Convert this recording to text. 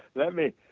let me,